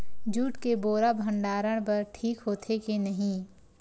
Jute के बोरा भंडारण बर ठीक होथे के नहीं?